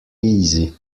easy